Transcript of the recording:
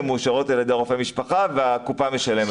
מאושרות על ידי רופא משפחה והקופה משלמת.